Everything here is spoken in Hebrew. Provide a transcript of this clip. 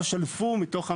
לא שלפו מתוך המאגר,